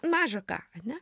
maža ką ane